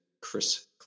Chris